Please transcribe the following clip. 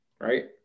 right